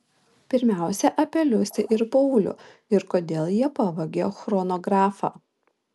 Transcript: pirmiausia apie liusę ir paulių ir kodėl jie pavogė chronografą